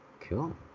cool